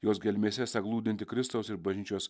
jos gelmėse esą glūdintį kristaus ir bažnyčios